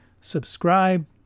subscribe